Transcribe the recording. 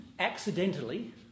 accidentally